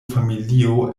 familio